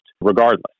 regardless